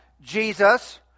Jesus